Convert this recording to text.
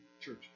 church